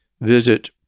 visit